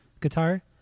guitar